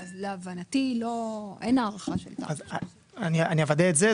להבנתי אין הארכה של תמ"א 38. אני אוודא את זה,